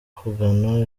kugana